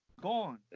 gone